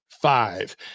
Five